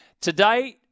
Today